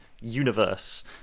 universe